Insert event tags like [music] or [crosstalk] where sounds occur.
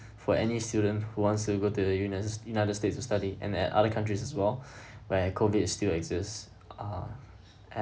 for any student who wants to go to the unite~ united states to study and at other countries as well [breath] where COVID is still exists uh